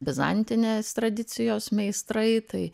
bizantinės tradicijos meistrai tai